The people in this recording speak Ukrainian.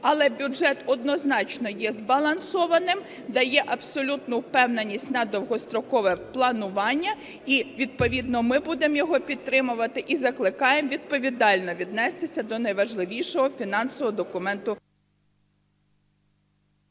Але бюджет однозначно є збалансованим, дає абсолютну впевненість на довгострокове планування, і відповідно, ми будемо його підтримувати, і закликаємо відповідально віднестися до найважливішого фінансового документу.